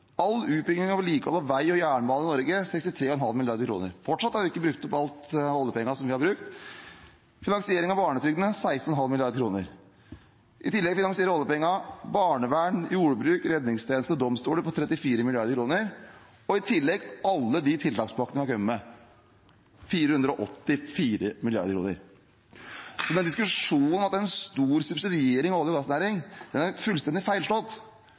All utbygging og vedlikehold av vei og jernbane i Norge finansieres slik – 63,5 mrd. kr. Fortsatt har vi ikke nevnt alle oljepengene vi har brukt. Det finansierer barnetrygden – 16,5 mrd. kr. I tillegg finansierer oljepengene barnevern, jordbruk, redningstjeneste og domstoler med 34 mrd. kr og alle de tiltakspakkene vi har kommet med – 484 mrd. kr. Diskusjonen om at det er en stor subsidiering av olje- og gassnæringen er fullstendig feilslått.